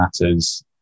matters